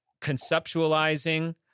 conceptualizing